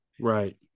Right